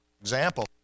example